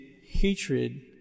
hatred